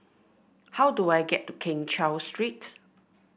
how do I get to Keng Cheow Street